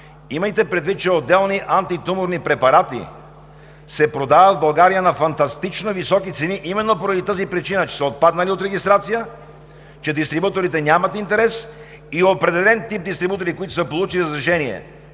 Имайте предвид, че отделни антитуморни препарати се продават в България на фантастично високи цени, именно поради тази причина, че са отпаднали от регистрация, че дистрибуторите нямат интерес. Определен тип дистрибутори, които са получили разрешение